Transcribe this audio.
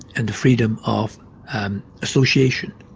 and the freedom of association.